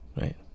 right